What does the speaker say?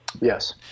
Yes